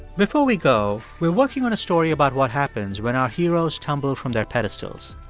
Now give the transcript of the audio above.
before we go, we're working on a story about what happens when our heroes tumble from their pedestals.